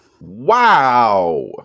Wow